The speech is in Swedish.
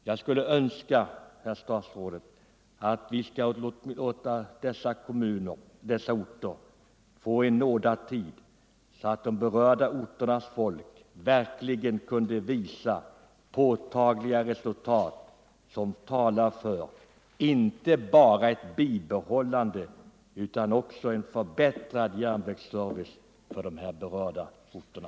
Jag skulle önska, herr statsråd, att dessa orter kunde få en nådatid så att folket där verkligen kunde visa påtagliga resultat som talar inte bara för ett bibehållande av den befintliga servicen utan också för en förbättrad järnvägsservice på de här berörda orterna.